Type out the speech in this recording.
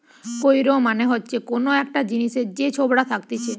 কৈর মানে হচ্ছে কোন একটা জিনিসের যে ছোবড়া থাকতিছে